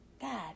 God